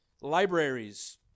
libraries